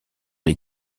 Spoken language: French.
les